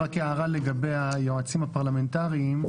רק הערה לגבי היועצים הפרלמנטריים.